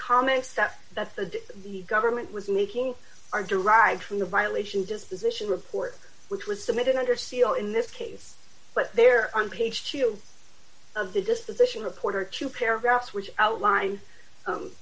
steph that the the government was making are derived from the violation disposition report which was submitted under seal in this case but they're on page two of the disposition reporter two paragraphs which outline